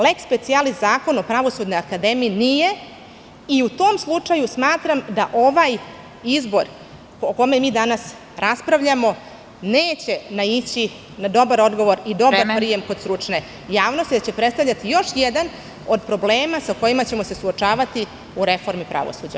Lex specialis" Zakon o Pravosudnoj akademiji nije i u tom slučaju smatram da ovaj izbor po kome mi danas raspravljamo neće naići na dobar odgovor i dobar prijem kod stručne javnosti, da će predstavljati još jedan od problema sa kojim ćemo se suočavati u reformi pravosuđa.